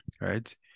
right